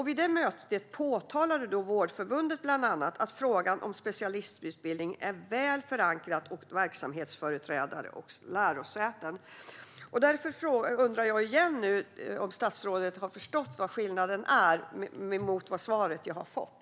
Vid det mötet påpekade bland annat Vårdförbundet att frågan om specialistutbildning är väl förankrad hos verksamhetsföreträdare och lärosäten. Därför undrar jag igen om statsrådet har förstått vad skillnaden är, vilket inte framgår av det svar jag har fått.